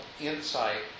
insight